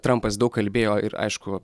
trampastrump daug kalbėjo ir aišku